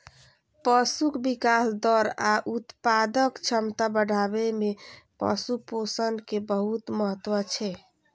पशुक विकास दर आ उत्पादक क्षमता बढ़ाबै मे पशु पोषण के बहुत महत्व छै